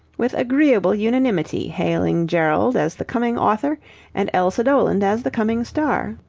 with agreeable unanimity hailing gerald as the coming author and elsa doland as the coming star.